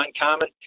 uncommon